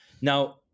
Now